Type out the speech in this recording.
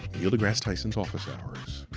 neil degrasse tyson's office hours,